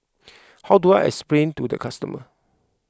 how do I explain to the customer